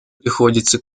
приходится